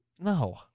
No